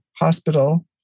hospital